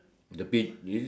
taxi park